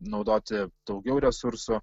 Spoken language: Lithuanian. naudoti daugiau resursų